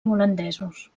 holandesos